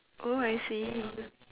oh I see